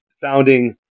founding